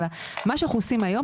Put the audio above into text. מה שאנחנו עושים היום,